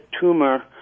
tumor